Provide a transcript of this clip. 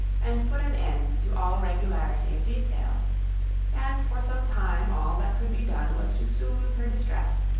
and put an end to all regularity of detail and for some time all that could be done was to soothe her distress,